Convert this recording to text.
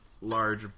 large